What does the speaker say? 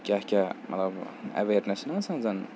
کیٛاہ کیٛاہ مطلب ایویرنیٚس چھِ نہ آسان زَن